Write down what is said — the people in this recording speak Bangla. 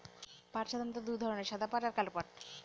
পাট প্রধানত দু ধরনের সাদা পাট আর কালো পাট